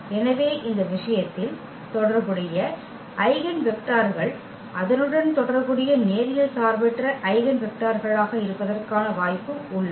எனவே இந்த விஷயத்தில் தொடர்புடைய ஐகென் வெக்டர்கள் அதனுடன் தொடர்புடைய நேரியல் சார்பற்ற ஐகென் வெக்டர்களாக இருப்பதற்கான வாய்ப்பு உள்ளது